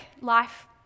life